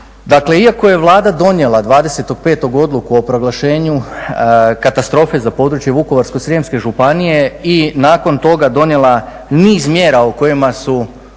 Dakle, iako je Vlada donijela 20.5. odluku o proglašenju katastrofe za područje Vukovarsko-srijemske županije i nakon toga donijela niz mjera o kojima su